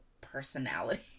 personality